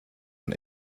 man